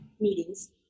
meetings